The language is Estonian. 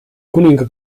kuninga